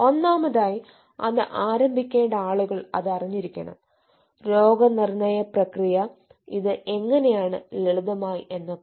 ഒന്നാമതായി അത് ആരംഭിക്കേണ്ട ആളുകൾ അത് അറിഞ്ഞിരിക്കണം രോഗനിർണയ പ്രക്രി ഇത് എങ്ങേനെയാണ് ലളിതമായി എന്നൊക്കെ